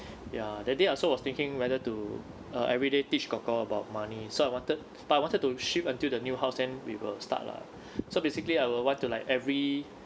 ya that day I also was thinking whether to uh everyday teach kor kor about money so I wanted but wanted to shift until the new house then we will start lah so basically I will want to like every